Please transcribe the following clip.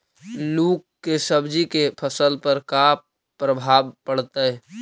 लुक से सब्जी के फसल पर का परभाव पड़तै?